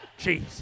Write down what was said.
Jeez